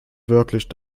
wirklich